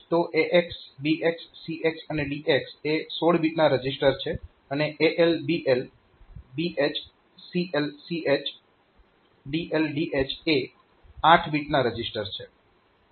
તો AX BX CX અને DX એ 16 બીટ રજીસ્ટર છે અને AL AH BL BH CL CH DL DH એ 8 બીટ રજીસ્ટર છે